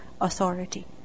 authority